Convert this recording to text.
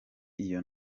iyo